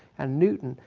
and newton.